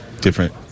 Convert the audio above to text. different